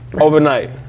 overnight